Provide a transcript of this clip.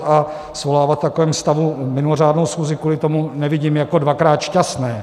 A svolávat v takovém stavu mimořádnou schůzi kvůli tomu nevidím jako dvakrát šťastné.